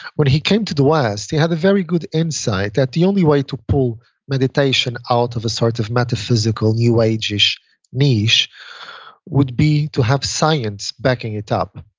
when he came to the west, he have a very good insight that the only way to pull meditation out of a sort of metaphysical new age-ish niche would be to have science backing it up.